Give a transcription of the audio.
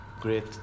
great